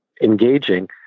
engaging